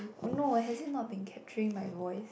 oh no has it not been capturing my voice